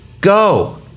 go